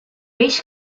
peix